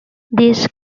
these